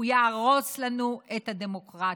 הוא יהרוס לנו את הדמוקרטיה,